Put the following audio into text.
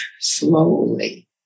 slowly